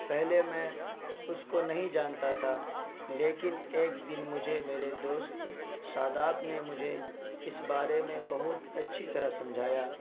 پہلے میں اس کو نہیں جانتا تھا لیکن ایک دن مجھے میرے دوست شاداب نے مجھے اس بارے میں بہت اچھی طرح سمجھایا